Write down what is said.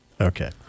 Okay